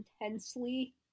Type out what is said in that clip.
intensely